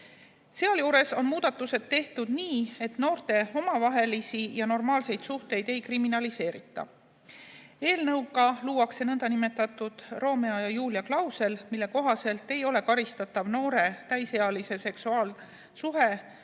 Sealjuures on muudatused tehtud nii, et noorte omavahelisi ja normaalseid suhteid ei kriminaliseerita. Eelnõuga luuakse nõndanimetatud Romeo ja Julia klausel, mille kohaselt ei ole karistatav noore täisealise seksuaalsuhe